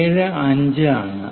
75 ആണ്